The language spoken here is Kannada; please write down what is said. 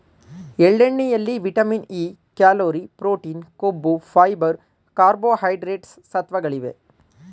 ಎಳ್ಳೆಣ್ಣೆಯಲ್ಲಿ ವಿಟಮಿನ್ ಇ, ಕ್ಯಾಲೋರಿ, ಪ್ರೊಟೀನ್, ಕೊಬ್ಬು, ಫೈಬರ್, ಕಾರ್ಬೋಹೈಡ್ರೇಟ್ಸ್ ಸತ್ವಗಳಿವೆ